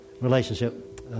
relationship